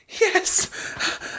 Yes